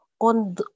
on